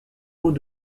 mots